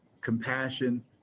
compassion